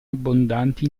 abbondanti